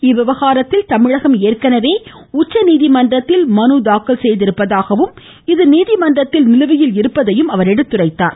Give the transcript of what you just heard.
இதுதொடர்பாக தமிழகம் ஏற்கனவே உச்சநீதிமன்றத்தில் மனு தாக்கல் செய்திருப்பதாகவும் இது நீதிமன்றத்தில் நிலுவையில் இருப்பதையும் அவர் எடுத்துரைத்தார்